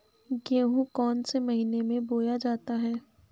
गेहूँ कौन से महीने में बोया जाता है?